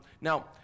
Now